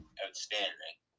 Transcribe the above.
outstanding